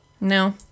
No